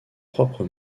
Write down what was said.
propres